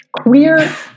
queer